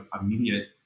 immediate